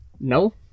No